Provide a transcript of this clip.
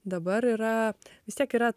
dabar yra vis tiek yra